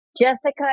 Jessica